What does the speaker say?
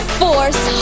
force